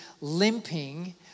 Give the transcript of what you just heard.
limping